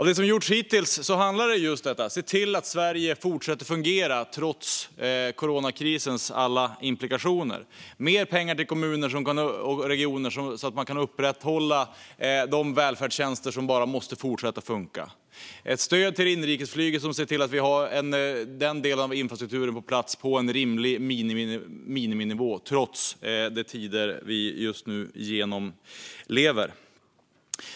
Det som gjorts hittills handlar om just detta: att se till att Sverige fortsätter fungera trots coronakrisens alla implikationer, att avsätta mer pengar till kommuner och regioner så att de kan upprätthålla de välfärdstjänster som bara måste fortsätta att funka och ett stöd till inrikesflyget, så att vi har den delen av infrastrukturen på plats på en rimlig miniminivå trots de tider vi just nu genomlever.